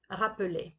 rappeler